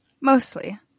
Mostly